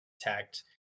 attacked